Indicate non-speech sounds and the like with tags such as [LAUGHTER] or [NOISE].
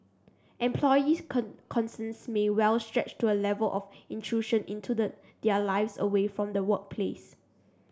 employee [UNINTELLIGIBLE] concerns may well stretch to A Level of intrusion into the their lives away from the workplace